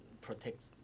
protect